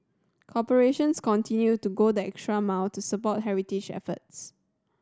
corporations continued to go the extra mile to support heritage efforts